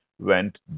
went